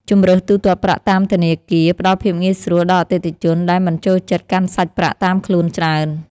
ជម្រើសទូទាត់ប្រាក់តាមធនាគារផ្ដល់ភាពងាយស្រួលដល់អតិថិជនដែលមិនចូលចិត្តកាន់សាច់ប្រាក់តាមខ្លួនច្រើន។